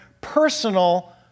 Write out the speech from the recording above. personal